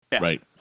Right